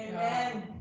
Amen